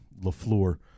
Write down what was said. LaFleur